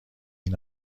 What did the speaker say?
این